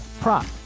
prop